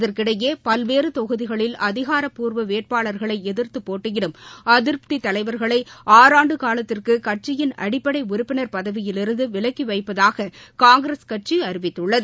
இதற்கிடையே பல்வேறு தொகுதிகளில் அதிகாரபூர்வ வேட்பாளர்களை எதிர்த்து போட்டியிடும் அதிருப்தி தலைவர்களை ஆறான்டு காலத்திற்கு கட்சியின் அடிப்பளட உறுப்பினர் பதவியிலிருந்து விலக்கி வைப்பதாக காங்கிரஸ் கட்சி அறிவித்துள்ளது